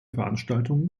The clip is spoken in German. veranstaltungen